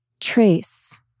trace